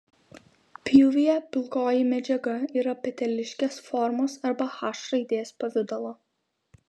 pjūvyje pilkoji medžiaga yra peteliškės formos arba h raidės pavidalo